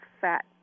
fat